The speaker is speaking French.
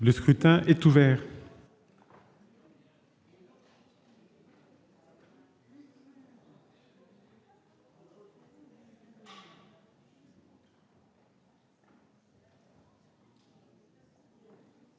Le scrutin est ouvert.